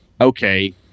Okay